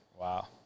Wow